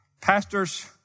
Pastors